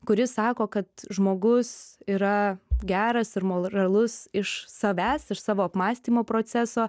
kuri sako kad žmogus yra geras ir moralus iš savęs iš savo apmąstymo proceso